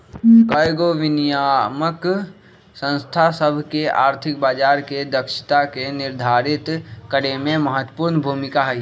कयगो विनियामक संस्था सभ के आर्थिक बजार के दक्षता के निर्धारित करेमे महत्वपूर्ण भूमिका हइ